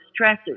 stressors